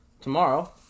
Tomorrow